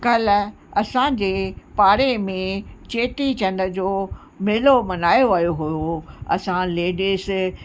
कल्ह असांजे पाड़े में चेटीचंड जो मेलो मल्हायो वियो हुओ असां लेडिस